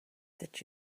that